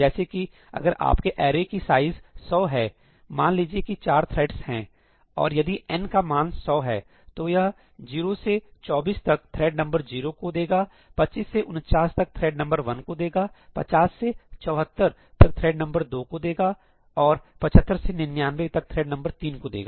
जैसे कि अगर आपके अरे की साइज 100 है मान लीजिए कि चार थ्रेड्स है और यदि N का मान 100 है तो यह 0 से 24 तक थ्रेड नंबर जीरो को देगा 25 से 49 तक थ्रेड नंबर वन को देगा 50 से 74 तक थ्रेड नंबर दो को देगा और 75 से 99 तक थ्रेड नंबर 3 को देगा